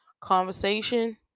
conversation